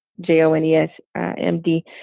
j-o-n-e-s-m-d